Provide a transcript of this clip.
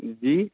जी